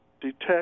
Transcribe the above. detect